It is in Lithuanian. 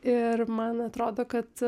ir man atrodo kad